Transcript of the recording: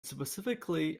specifically